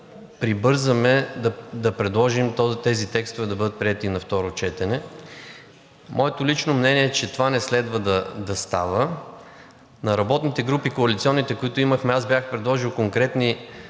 да прибързаме да предложим тези текстове да бъдат приети и на второ четене. Моето лично мнение е, че това не следва да става. На работните групи – коалиционните, които имахме, аз бях предложил конкретни